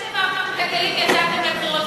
אתם שברתם את הכלים ויצאתם לבחירות,